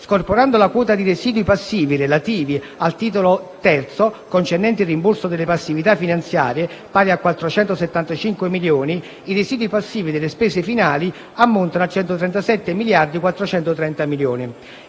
Scorporando la quota di residui passivi relativi al titolo III, concernenti il rimborso delle passività finanziarie, pari a 475 milioni, i residui passivi delle spese finali ammontano a 137.430 milioni.